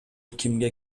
кимге